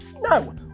No